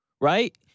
Right